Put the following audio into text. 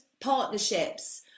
partnerships